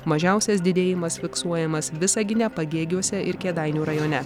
mažiausias didėjimas fiksuojamas visagine pagėgiuose ir kėdainių rajone